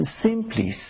simply